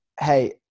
Hey